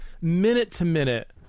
minute-to-minute